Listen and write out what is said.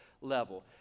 level